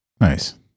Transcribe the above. Nice